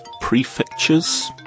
prefectures